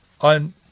on